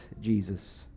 Jesus